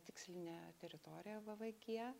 tikslinė teritorija v v g